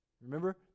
remember